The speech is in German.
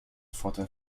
vorteil